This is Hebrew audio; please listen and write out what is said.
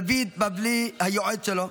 דוד בבלי היועץ שלו,